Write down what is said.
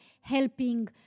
helping